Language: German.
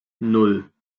nan